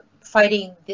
fighting